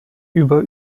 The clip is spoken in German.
über